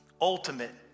ultimate